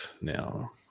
now